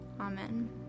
Amen